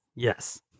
Yes